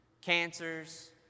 cancers